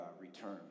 return